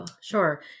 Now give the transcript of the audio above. sure